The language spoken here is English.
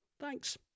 Thanks